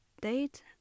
date